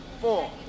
Four